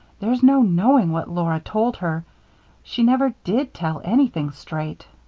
there's no knowing what laura told her she never did tell anything straight.